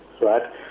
right